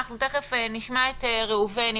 ותיכף נשמע את ראובן אדרעי,